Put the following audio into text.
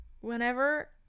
Whenever